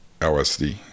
LSD